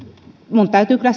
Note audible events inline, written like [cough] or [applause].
minun täytyy kyllä [unintelligible]